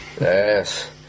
yes